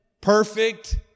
perfect